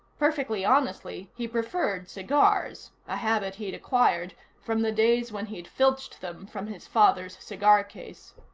perfectly honestly, he preferred cigars, a habit he'd acquired from the days when he'd filched them from his father's cigar case.